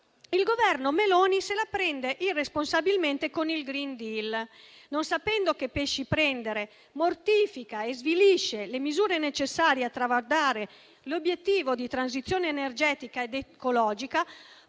Il Governo Meloni, invece, se la prende irresponsabilmente con il *Green Deal*. Non sapendo che pesci prendere, mortifica e svilisce le misure necessarie a traguardare l'obiettivo di transizione energetica ed ecologica,